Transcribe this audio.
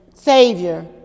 Savior